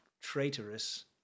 traitorous